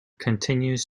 continues